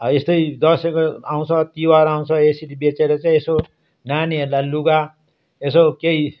हो यस्तै दसैँको आउँछ तिहार आउँछ यसरी बेचेर चाहिँ यसो नानीहरूलाई लुगा यसो केही